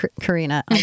Karina